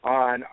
on